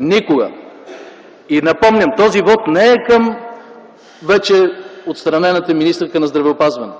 никога! Припомням: този вот не е към вече отстранената министърка на здравеопазването.